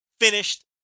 finished